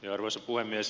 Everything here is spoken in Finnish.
arvoisa puhemies